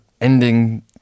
ending